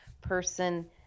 person